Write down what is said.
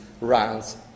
Runs